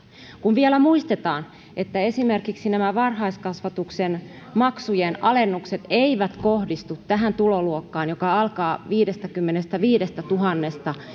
kun vielä muistetaan että esimerkiksi nämä varhaiskasvatuksen maksujen alennukset eivät kohdistu tähän tuloluokkaan joka alkaa viidestäkymmenestäviidestätuhannesta